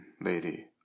lady